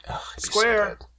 Square